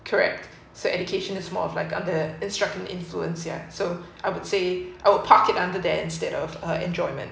correct so education is more of like under instruction influence yeah so I would say I would park it under there instead of a enjoyment